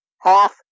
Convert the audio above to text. half